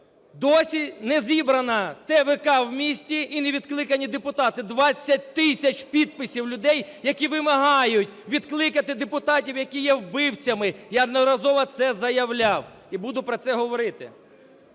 досі не зібрана ТВК в місті і не відкликані депутати. 20 тисяч підписів людей, які вимагають відкликати депутатів, які є вбивцями. Я неодноразово це заявляв і буду про це говорити.